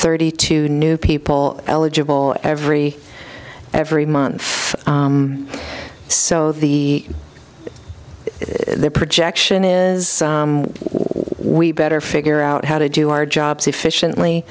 thirty two new people eligible every every month so the projection is why we better figure out how to do our jobs efficiently